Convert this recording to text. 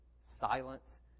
Silence